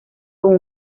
con